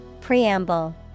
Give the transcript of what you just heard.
Preamble